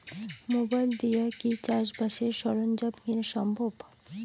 Mobile দিয়া কি চাষবাসের সরঞ্জাম কিনা সম্ভব?